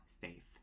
faith